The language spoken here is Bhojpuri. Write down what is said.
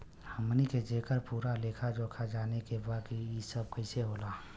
हमनी के जेकर पूरा लेखा जोखा जाने के बा की ई सब कैसे होला?